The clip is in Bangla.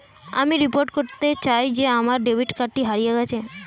আমি রিপোর্ট করতে চাই যে আমার ডেবিট কার্ডটি হারিয়ে গেছে